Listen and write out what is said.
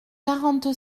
quarante